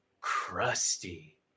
crusty